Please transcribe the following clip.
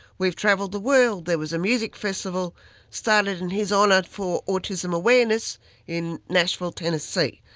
we've travelled the world, there was a music festival started in his honour for autism awareness in nashville, tennessee.